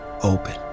open